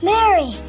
Mary